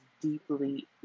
deeply